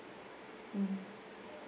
mm